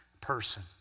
person